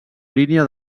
línia